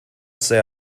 say